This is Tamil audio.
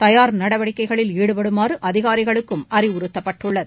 தயார் நடவடிக்கைகளில் ஈடுபடுமாறு அதிகாரிகளுக்கும் அறிவுறுத்தப்பட்டுள்ளது